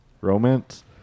Romance